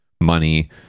money